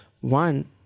one